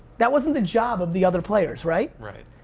that wasn't the job of the other players, right? right.